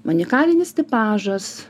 maniakalinis tipažas